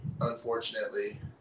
unfortunately